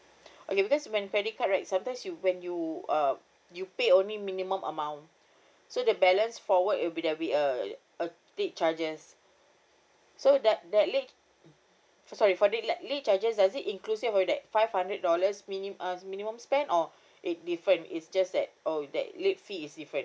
okay because when credit card right sometimes you when you uh you pay only minimum amount so the balance forward it'll there'll be uh a late charges so that that late so sorry for late~ late charges does it inclusive of that five hundred dollars mini~ uh minimum spend or it different it's just that oh that late fee is different